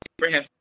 Abraham